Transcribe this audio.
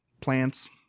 plants